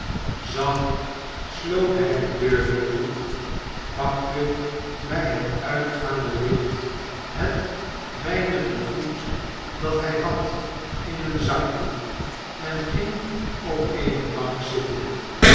zacht sloot hij de deur weer toe pakte bij het uitgaande licht het weinigje goed dat hij had in een zakdoek en ging op eene bank zitten